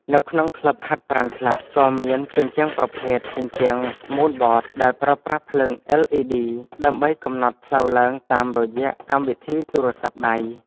នៅក្នុងក្លឹបហាត់ប្រាណខ្លះ ក៏មានជញ្ជាំងប្រភេទ ជញ្ជាំងមូនបត ដែលប្រើប្រាស់ភ្លើង អិល.អ៊ី.ឌី ដើម្បីកំណត់ផ្លូវឡើងតាមរយៈកម្មវិធីទូរស័ព្ទដៃ។